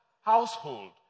household